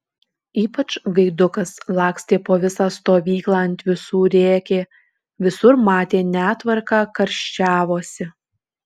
ypač gaidukas lakstė po visą stovyklą ant visų rėkė visur matė netvarką karščiavosi